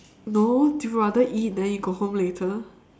no you rather eat then you go home later